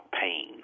pain